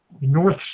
North